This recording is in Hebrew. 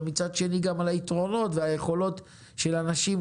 ומצד שני גם על היתרונות והיכולות של אנשים,